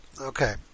Okay